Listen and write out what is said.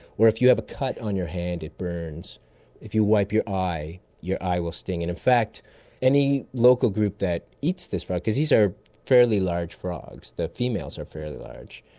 or if you have a cut on your hand it burns, or if you wipe your eye your eye will sting. in in fact any local group that eats this frog. because these are fairly large frogs, the females are fairly large.